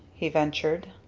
he ventured.